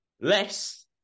less